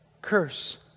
Curse